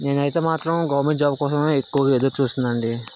నేనైతే మాత్రం government job కోసం ఎక్కువగా ఎదురు చూస్తున్నా అండి